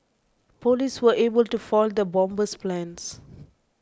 police were able to foil the bomber's plans